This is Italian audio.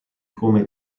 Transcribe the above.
come